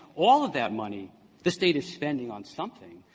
all of that money the state is spending on something.